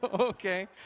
okay